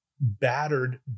battered